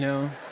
know?